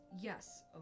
Yes